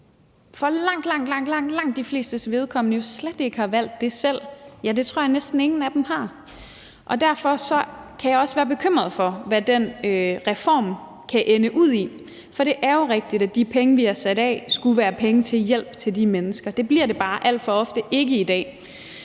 som for langt, langt de flestes vedkommende jo slet ikke har valgt det selv. Ja, det tror jeg næsten ingen af dem har. Og derfor kan jeg også være bekymret for, hvad den reform kan ende ud i, for det er jo rigtigt, at de penge, vi har sat af, skulle være penge til hjælp til de mennesker; det bliver det bare alt for ofte ikke i dag.